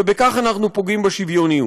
ובכך אנחנו פוגעים בשוויוניות.